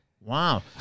wow